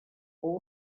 all